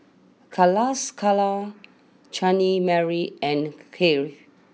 Calascara Chutney Mary and Crave